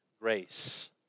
grace